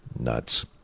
Nuts